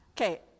okay